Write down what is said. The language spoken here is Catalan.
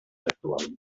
actual